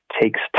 takes